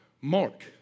Mark